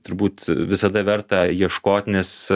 turbūt visada verta ieškot nes